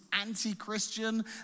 anti-Christian